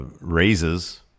raises